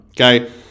Okay